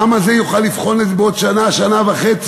העם הזה יוכל לבחון את זה בעוד שנה או שנה וחצי,